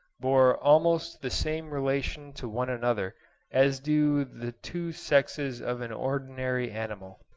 bore almost the same relation to one another as do the two sexes of an ordinary animal.